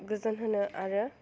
गोजोनहोनो आरो